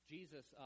Jesus